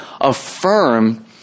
affirm